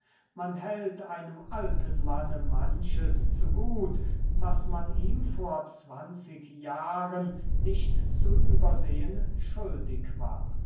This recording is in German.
man hält einem alten manne manches zu gut was man ihm vor zwanzig jahren nicht zu übersehen schuldig war